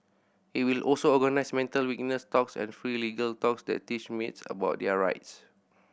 it will also organise mental wellness talks and free legal talks that teach maids about their rights